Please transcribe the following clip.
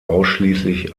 ausschließlich